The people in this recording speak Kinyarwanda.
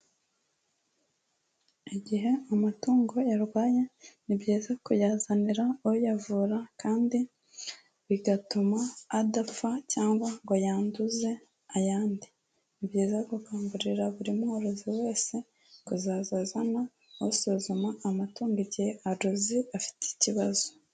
Igihe amatungo yarwaye, ni byiza kuyazanira uyavura kandi bigatuma adapfa cyangwa ngo yanduze ayandi. Ni byiza gukangurira buri mworozi wese kuzaza azana usuzuma amatungo igihe aruzi afite ikibazo.